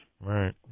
Right